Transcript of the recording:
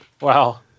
Wow